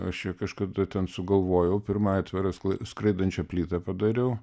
aš čia kažkada ten sugalvojau pirmą aitvarą skraidančią plytą padariau